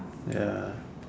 ya